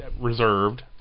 reserved